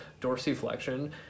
dorsiflexion